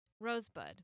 Rosebud